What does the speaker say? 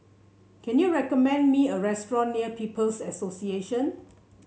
can you recommend me a restaurant near People's Association